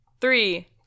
Three